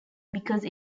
because